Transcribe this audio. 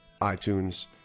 iTunes